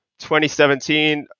2017